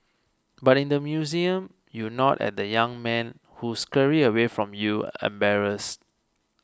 but in the museum you nod at the young men who scurry away from you embarrassed